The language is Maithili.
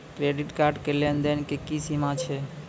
क्रेडिट कार्ड के लेन देन के की सीमा छै?